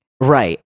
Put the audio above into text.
Right